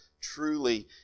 truly